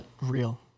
Real